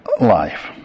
life